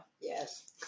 Yes